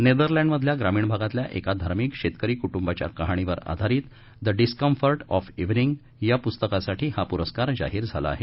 नेदरलँडमधल्या ग्रामीण भागातील एका धार्मिक शेतकरी कृंट्बाच्या कहाणीवर आधारित द डिसंकफर्ट ऑफ ईवनिंग या पुस्तकासाठी हा पुरस्कार जाहीर झाला आहे